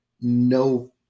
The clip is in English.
no